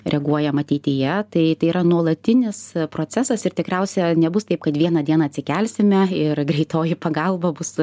reaguojam ateityje tai tai yra nuolatinis procesas ir tikriausia nebus taip kad vieną dieną atsikelsime ir greitoji pagalba bus